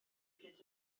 bryd